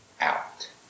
out